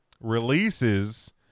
releases